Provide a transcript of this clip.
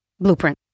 Blueprint